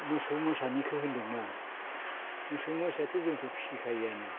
मोसौ मोसानिखो होनदोंना मोसौ मोसायाथ' जोंथ' फिखायोआनो